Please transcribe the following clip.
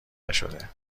نشده